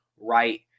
right